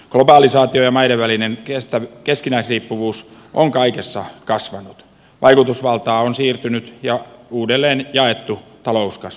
globalisaatio ja maiden välinen keskinäisriippuvuus on kaikessa kasvanut vaikutusvaltaa on siirtynyt ja uudelleenjaettu talouskasvun mukana